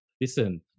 listen